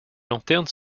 lanterne